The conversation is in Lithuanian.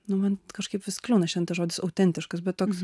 nu man kažkaip vis kliūna šantažuoti autentiškas bet toks